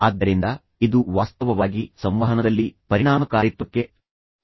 ಆದ್ದರಿಂದ ಇದು ವಾಸ್ತವವಾಗಿ ಸಂವಹನದಲ್ಲಿ ಪರಿಣಾಮಕಾರಿತ್ವಕ್ಕೆ ಕೊಡುಗೆ ನೀಡಬಹುದು